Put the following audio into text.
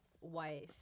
Wife